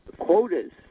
quotas